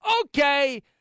okay